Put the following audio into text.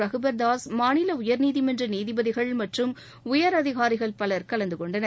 ரகுபர்தாஸ் மாநில உயர்நீதிமன்ற நீதிபதிகள் மற்றும் உயரதிகாரிகள் பலர் கலந்துகொண்டனர்